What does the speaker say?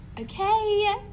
Okay